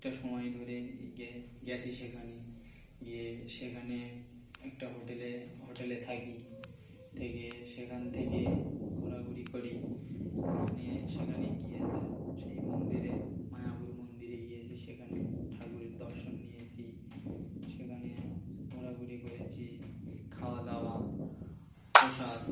সময় ধরে গে গেছি সেখানে গিয়ে সেখানে একটা হোটেলে হোটেলে থাকি থেকে সেখান থেকে ঘোরাঘুরি করি এখানে সেখানে গিয়ে সেই মন্দিরে মায়াপুর মন্দিরে গিয়েছি সেখানে ঠাকুরের দর্শন নিয়েছি সেখানে ঘোরাঘুরি করেছি খাওয়া দাওয়া প্রসাদ